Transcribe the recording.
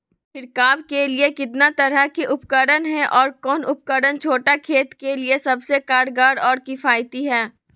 छिड़काव के लिए कितना तरह के उपकरण है और कौन उपकरण छोटा खेत के लिए सबसे कारगर और किफायती है?